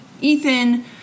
Ethan